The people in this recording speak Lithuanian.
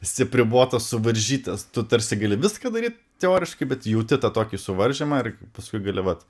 esi apribotas suvaržytas tu tarsi gali viską daryt teoriškai bet jauti tą tokį suvaržymą ir paskui gali vat